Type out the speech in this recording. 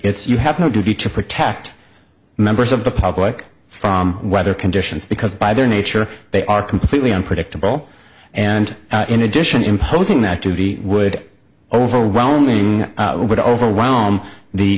it's you have no duty to protect members of the public from weather conditions because by their nature they are completely unpredictable and in addition imposing that duty would overwhelming would overwhelm the